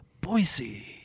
Boise